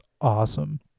awesome